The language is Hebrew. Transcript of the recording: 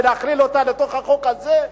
והכללתו בתוך החוק הזה,